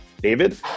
David